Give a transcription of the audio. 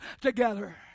together